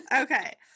Okay